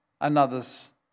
another's